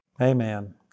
Amen